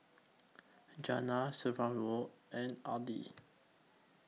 Jana Saverio and Aidyn